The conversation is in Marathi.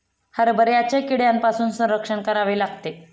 हरभऱ्याचे कीड्यांपासून संरक्षण करावे लागते